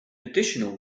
additional